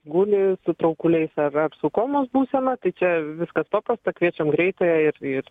guli su traukuliais ar ar su komos būsena tai čia viskas paprasta kviečiam greitąją ir ir